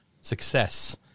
success